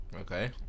Okay